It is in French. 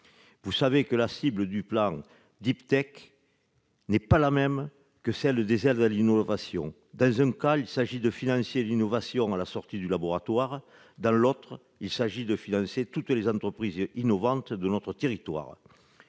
vous savez que la cible du plan Deep Tech n'est pas la même que celle des aides à l'innovation. Dans un cas, il s'agit de financer l'innovation à la sortie du laboratoire ; dans l'autre, il s'agit de financer toutes les entreprises innovantes de notre territoire.